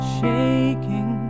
shaking